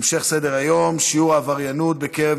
המשך סדר-היום: שיעור העבריינות בקרב